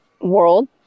world